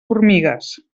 formigues